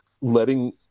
letting